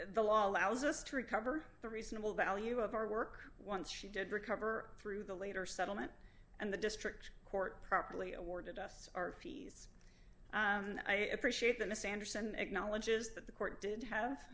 the law allows us to recover the reasonable value of our work once she did recover through the later settlement and the district court properly awarded us our fees and i appreciate that miss anderson acknowledges that the court did have